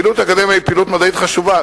"פעילות האקדמיה היא פעילות מדעית חשובה,